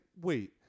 wait